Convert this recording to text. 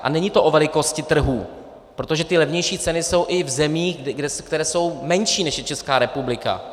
A není to o velikosti trhu, protože ty levnější ceny jsou i v zemích, které jsou menší, než je Česká republika.